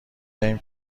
دهیم